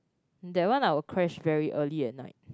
that one I will crash very early at night